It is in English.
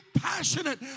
passionate